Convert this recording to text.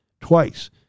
twice